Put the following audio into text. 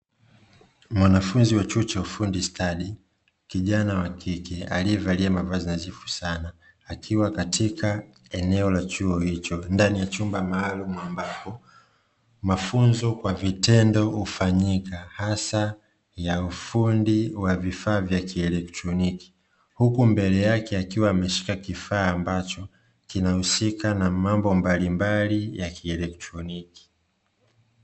Mwanafunzi wa chuo cha ufundi stadi, kijana wa kike aliyevalia mavazi nadhifu sana akiwa katika eneo la chuo hicho ndani ya chumba maalumu, ambapo mafunzo kwa vitendo hufanyika hasa ya ufundi wa vifaa vya kielektroniki, huku mbele yake akiwa ameshika kifaa ambacho kinahusika na mambo mbalimbali ya kielektroniki.